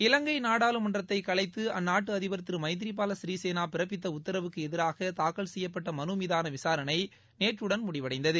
இலங்கை நாடாளுமன்றத்தை கலைத்து அந்நாட்டு அதிபர் திரு மைதிரி பால சிறிசேனா பிறப்பித்த உத்தரவுக்கு எதிராக தாக்கல் செய்யப்பட்ட மனு மீதான விசாரணை நேற்றுடன் முடிவடைந்தது